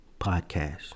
podcast